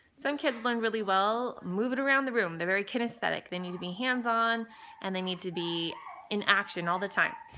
some kids learn really well moving around the room. they're very kinesthetic. they need to be hands-on and they need to be in action all the time.